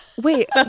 Wait